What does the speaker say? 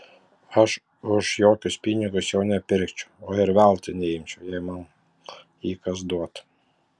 aš už jokius pinigus jo nepirkčiau o ir veltui neimčiau jei man jį kas duotų